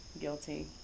guilty